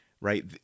right